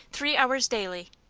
three hours daily.